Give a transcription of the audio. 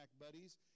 Buddies